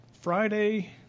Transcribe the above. Friday